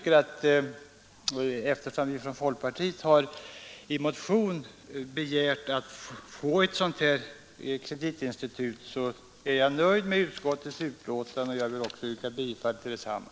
Eftersom vi från folkpartiet i motion har begärt att få ett kreditinstitut är jag nöjd med utskottets betänkande och ber att få yrka bifall till detsamma.